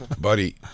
buddy